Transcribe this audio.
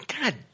God